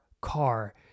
car